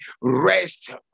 rest